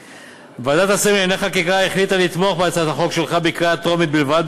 ועדת השרים לענייני חקיקה החליטה לתמוך בהצעת החוק בקריאה הטרומית בלבד,